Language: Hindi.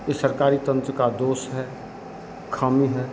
यह सरकारी तंत्र का दोष है खामी है